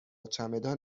چمدان